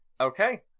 Okay